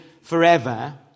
forever